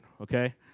okay